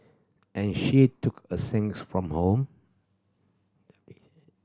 and she took a sandwich from home